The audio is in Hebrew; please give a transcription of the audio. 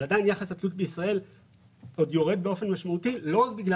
אבל עדיין יחסות בישראל יורד באופן משמעותי לא רק בגלל